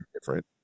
different